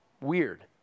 Weird